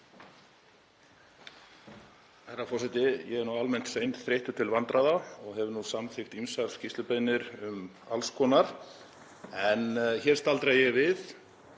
Herra forseti. Ég er almennt seinþreyttur til vandræða og hef nú samþykkt ýmsar skýrslubeiðnir um alls konar. En hér staldra ég við